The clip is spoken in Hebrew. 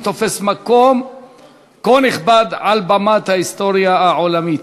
תופס מקום כה נכבד על במת ההיסטוריה העולמית.